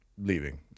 leaving